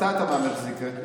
מתי אתה מאמין שזה יקרה?